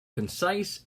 concise